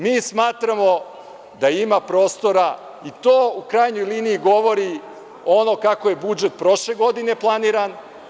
Mi smatramo da ima prostora i to u krajnjoj liniji govori ono kako je budžet prošle godine planiran.